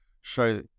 show